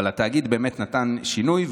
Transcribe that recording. אבל התאגיד נתן שינוי,